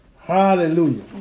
Hallelujah